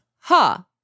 ha